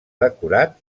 decorat